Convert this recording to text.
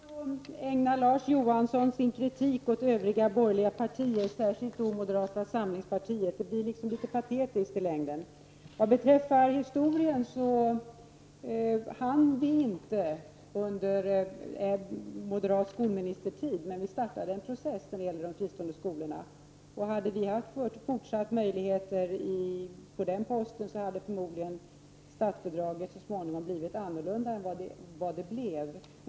Herr talman! Som vanligt ägnar Larz Johansson sin kritik åt övriga borgerliga partier, särskilt moderata samlingspartiet. Det blir litet patetiskt i längden. Vad beträffar historien hann vi inte presentera något förslag till nytt statsbidragssystem under tiden med moderat skolminister, men vi startade en process när det gäller de fristående skolorna. Om vi hade fått fortsatta möjligheter på den posten, skulle förmodligen statsbidraget så småningom ha blivit annorlunda än det blev.